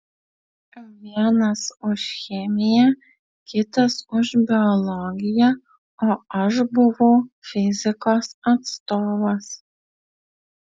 vienas už chemiją kitas už biologiją o aš buvau fizikos atstovas